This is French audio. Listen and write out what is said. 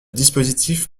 dispositif